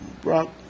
Brock